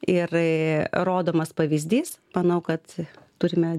ir rodomas pavyzdys manau kad turime